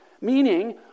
Meaning